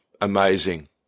amazing